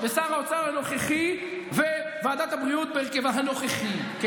ומשרד הבריאות תקע אתכם ולא עשיתם כלום,